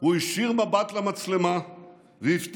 הוא הישיר מבט אל המצלמה והבטיח: